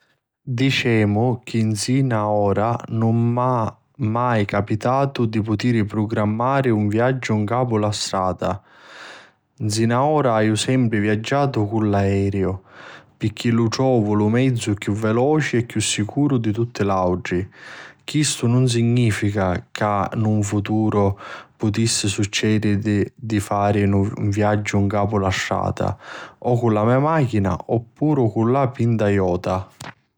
dicemu chi nsina a ora nun m'ha capitatu di putiri prugrammari un viaggiu ncapu la strata. Nsina a ora aiu sempri viaggiatu cu l'aeriu pirchì lu trovu lu mezzu chiù veloci e chiù sicuru di tutti l'autri. Chistu nun significa chi 'n futuru putissi succediri di fari un viaggiu ncapu la strata: O cu la me machina oppuru cu la pintaiota.